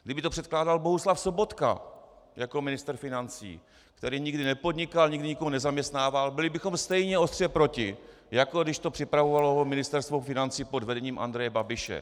Kdyby to předkládal Bohuslav Sobotka jako ministr financí, který nikdy nepodnikal, nikdy nikoho nezaměstnával, byli bychom stejně ostře proti, jako když to připravovalo Ministerstvo financí pod vedením Andreje Babiše.